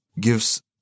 gives